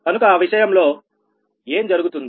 దశ 4కనుక ఆ విషయంలో లో ఏం జరుగుతుంది